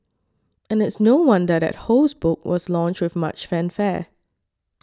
and it's no wonder that Ho's book was launched with much fanfare